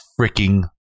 freaking